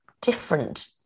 different